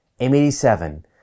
M87